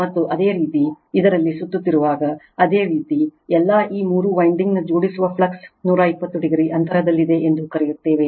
ಮತ್ತು ಇದೇ ರೀತಿ ಇದರಲ್ಲಿ ಸುತ್ತುತ್ತಿರುವಾಗ ಅದೇ ರೀತಿ ಎಲ್ಲಾ ಈ ಮೂರು ವೈಂಡಿಂಗ್ ನ ಜೋಡಿಸುವ ಫ್ಲಕ್ಸ್ 120o ಅಂತರದಲ್ಲಿದೆ ಎಂದು ಕರೆಯುತ್ತೇವೆ